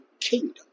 Kingdom